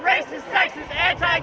right right